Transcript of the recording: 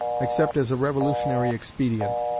except as a revolutionary expedient,